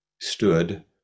stood